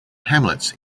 hamlets